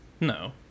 No